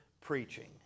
preaching